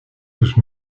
tous